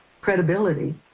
credibility